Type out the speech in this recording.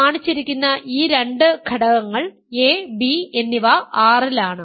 കാണിച്ചിരിക്കുന്ന ഈ രണ്ട് ഘടകങ്ങൾ a b എന്നിവ R ലാണ്